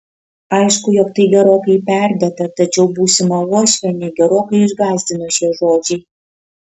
aišku jog tai gerokai perdėta tačiau būsimą uošvienę gerokai išgąsdino šie žodžiai